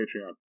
Patreon